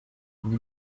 ubwo